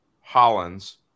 Hollins